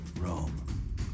Rome